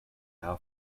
now